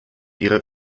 ihrer